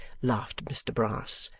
laughed mr brass,